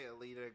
Alita